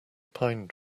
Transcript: pine